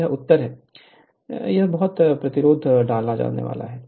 तो यह उत्तर है यह बहुत प्रतिरोध डाला जाना है